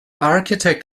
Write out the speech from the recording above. architect